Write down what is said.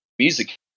music